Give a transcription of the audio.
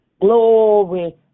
glory